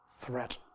threat